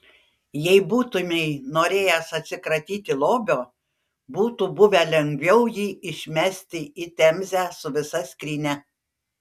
jei būtumei norėjęs atsikratyti lobio būtų buvę lengviau jį išmesti į temzę su visa skrynia